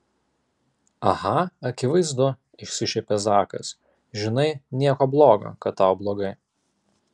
aha akivaizdu išsišiepia zakas žinai nieko blogo kad tau blogai